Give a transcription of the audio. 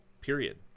Period